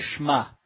lishma